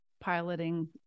piloting